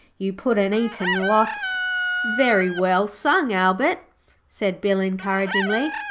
you puddin'-eatin' lot very well sung, albert said bill encouragingly,